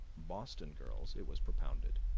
boston girls, it was propounded,